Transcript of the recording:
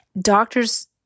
Doctors